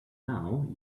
now